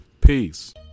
Peace